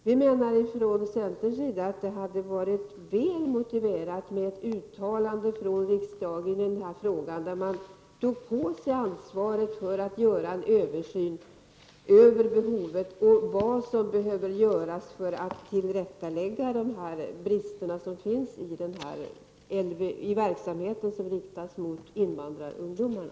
Vi menar från centerns sida att det hade varit väl motiverat med ett uttalande från riksdagen i den här frågan, där man tog på sig ansvaret för att göra en översyn av vad som behöver göras för att tillrättalägga de brister som finns i den verksamhet som riktas mot invandrarungdomarna.